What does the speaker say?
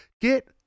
Get